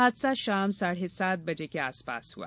हादसा शाम साढ़े सांत बजे के आस पास हुआ